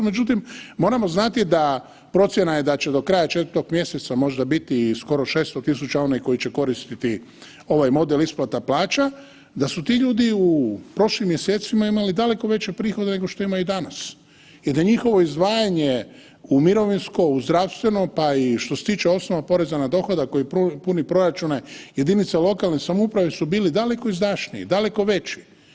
Međutim, moramo znati da je procjena da će do kraja 4. Mjeseca možda biti skoro 600.000 onih koji će koristiti ovaj model isplata plaća da su ti ljudi u prošlim mjesecima imali daleko veće prihode nego što imaju danas i da njihovo izdvajanje u mirovinsko u zdravstveno pa što se tiče i osnova poreza na dohodak koji proračune jedinica lokalne samouprave su bili daleko izdašniji, daleko veći.